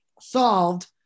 solved